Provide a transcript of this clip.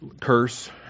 curse